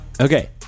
Okay